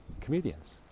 comedians